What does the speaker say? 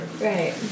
Right